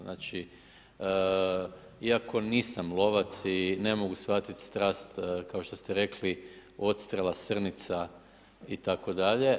Znači iako nisam lovac i ne mogu shvatiti strast, kao što ste rekli odstrela, srnica itd.